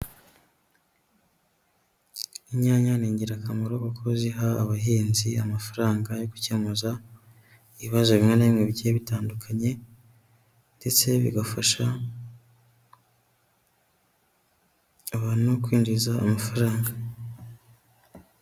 Inyanya ni ingirakamaro kuko ziha abahinzi amafaranga yo gukemura ibibazo bimwe na bimwe bigiye bitandukanye ndetse bigafasha abantu kwinjiza amafaranga.